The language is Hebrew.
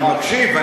אני מקשיב.